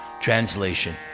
TRANSLATION